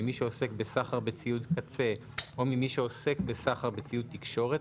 ממי שעוסק בסחר בציוד קצה או ממי שעוסק בסחר בציוד תקשורת,